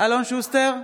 אלון שוסטר,